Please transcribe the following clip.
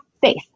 faith